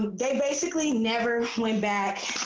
they basically never went back,